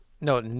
No